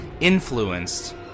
influenced